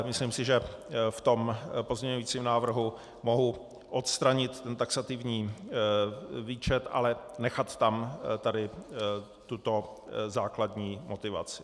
Myslím si, že v tom pozměňujícím návrhu mohu odstranit ten taxativní výčet, ale nechat tam tady tuto základní motivaci.